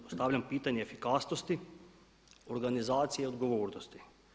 Postavljam pitanje efikasnosti, organizacije i odgovornosti.